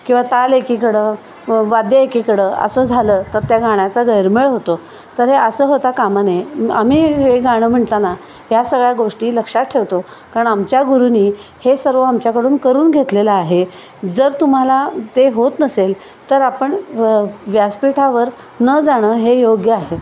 किंवा ताल एकीकडं वाद्य एकीकडं असं झालं तर त्या गाण्याचा गैरमेळ होतो तर हे असं होता काम नये आम्ही हे गाणं म्हणताना ह्या सगळ्या गोष्टी लक्षात ठेवतो कारण आमच्या गुरुनी हे सर्व आमच्याकडून करून घेतलेलं आहे जर तुम्हाला ते होत नसेल तर आपण व व्यासपीठावर न जाणं हे योग्य आहे